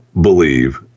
believe